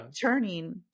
turning